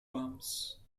bombs